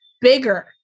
bigger